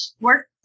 work